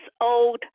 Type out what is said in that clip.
old